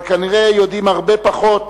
אבל כנראה יודעים הרבה פחות